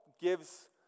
gives